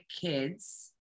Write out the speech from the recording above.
kids